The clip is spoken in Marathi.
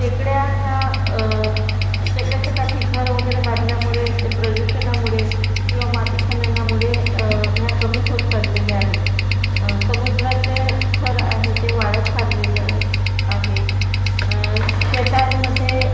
टेकड्या ह्या टेकड्यांच्या काठी घर वगैरे बांधल्यामुळे ते प्रदूषणामुळे किंवा माती खननामुळे ह्या कमी होत चाललेल्या आहेत समुद्राचे स्तर आहे ते वाढत चाललेलं आहे शेतांमध्ये